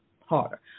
harder